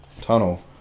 tunnel